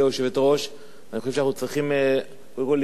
אני חושב שאנחנו צריכים לראות איפה הוא נמצא כרגע.